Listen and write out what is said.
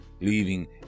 leaving